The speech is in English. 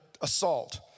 assault